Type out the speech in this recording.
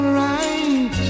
right